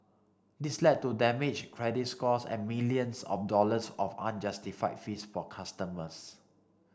this led to damaged credit scores and millions of dollars of unjustified fees for customers